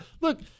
look